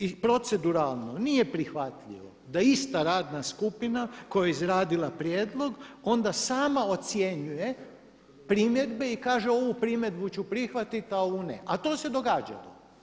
I proceduralno nije prihvatljivo da ista radna skupina koja je izradila prijedlog onda sama ocjenjuje primjedbe i kaže ovu primjedbu ću prihvatiti, a ovu ne, a to se događalo.